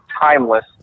timeless